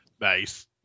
Nice